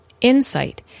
Insight